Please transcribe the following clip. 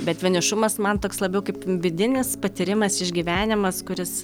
bet vienišumas man toks labiau kaip vidinis patyrimas išgyvenimas kuris